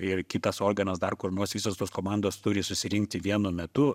ir kitas organas dar kur nors visos tos komandos turi susirinkti vienu metu